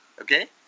okay